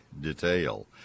detail